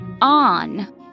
on